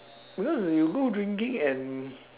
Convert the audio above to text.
because you go drinking and